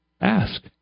Ask